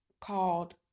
called